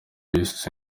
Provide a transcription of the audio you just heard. yise